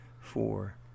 four